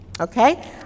Okay